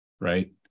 Right